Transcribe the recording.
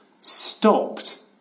stopped